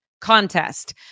contest